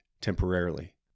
temporarily